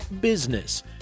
business